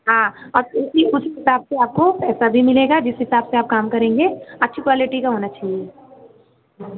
हाँ और उसी उसी हिसाब से आपको पैसा भी मिलेग जिस हिसाब से आप काम करेंगे अच्छी क्वालिटी का होना चाहिए